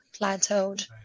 plateaued